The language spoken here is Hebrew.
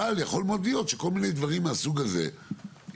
יכול מאוד להיות שכל מיני דברים מהסוג הזה יכולים